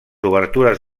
obertures